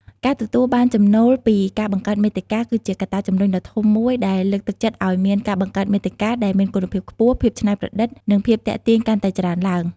ការទទួលបានចំណូលពីការបង្កើតមាតិកា គឺជាកត្តាជំរុញដ៏ធំមួយដែលលើកទឹកចិត្តឱ្យមានការបង្កើតមាតិកាដែលមានគុណភាពខ្ពស់ ភាពច្នៃប្រឌិត និងភាពទាក់ទាញកាន់តែច្រើនឡើង។